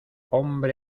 hombre